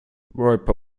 roper